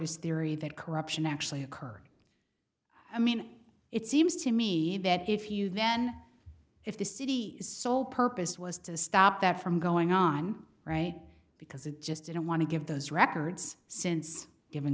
his theory that corruption actually occurred i mean it seems to me that if you then if the city is sole purpose was to stop that from going on right because it just didn't want to give those records since giv